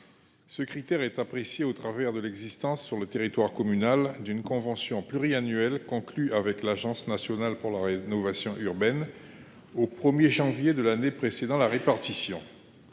Ce critère est apprécié sur le fondement de l’existence, sur le territoire communal, d’une convention pluriannuelle conclue avec l’Agence nationale pour la rénovation urbaine (Anru) au 1 janvier de l’année précédant la répartition.